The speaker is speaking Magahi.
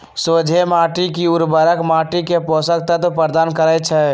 सोझें माटी में उर्वरक माटी के पोषक तत्व प्रदान करै छइ